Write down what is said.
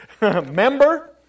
Member